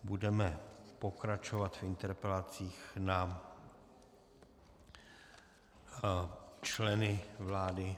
Budeme pokračovat v interpelacích na členy vlády.